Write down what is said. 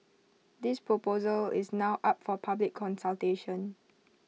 this proposal is now up for public consultation